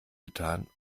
getan